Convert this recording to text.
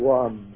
one